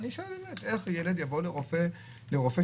אני שואל באמת: איך ילד יבוא לרופא או למכונים,